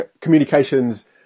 Communications